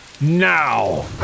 Now